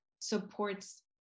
supports